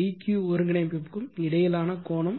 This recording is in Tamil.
dq ஒருங்கிணைப்புக்கும் இடையிலான கோணம்